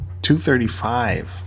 235